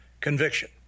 conviction